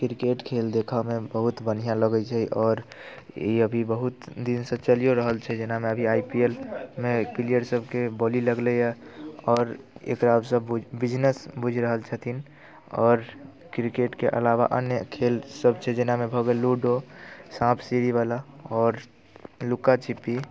cricket खेल देखयमे बहुत बढ़िआँ लगैत छै आओर ई अभी बहुत दिनसँ चलिओ रहल छै जेनामे अभी आइ पी एल मे प्लेयर सभके बोली लगलैए आओर एकरा सभ बिजनेस बुझि रहल छथिन आओर क्रिकेटके अलावा अन्य खेल छै जेनामे भऽ गेल लूडो साँप सीढ़ीवला आओर लुका छिपी